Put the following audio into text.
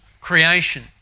creation